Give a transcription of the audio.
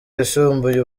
yisumbuye